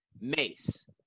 Mace